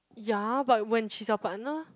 ya but when she's your partner